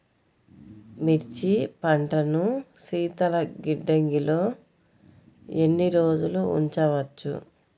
మిర్చి పంటను శీతల గిడ్డంగిలో ఎన్ని రోజులు ఉంచవచ్చు?